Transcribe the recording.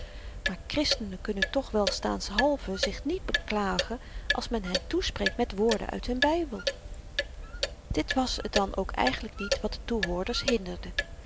maar christenen kunnen toch welstaanshalve zich niet beklagen als men hen toespreekt met woorden uit hun bybel dit was t dan ook eigenlyk niet wat de toehoorders hinderde